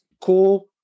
cool